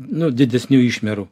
nu didesnių išmierų